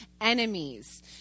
enemies